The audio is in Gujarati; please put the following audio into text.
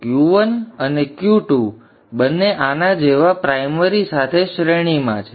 Q1 અને Q2 બંને આના જેવા પ્રાઇમરી સાથે શ્રેણીમાં છે